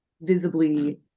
visibly